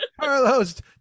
Carlos